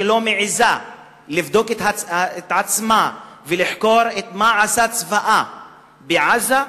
שלא מעזה לבדוק את עצמה ולחקור מה עשה צבאה בעזה,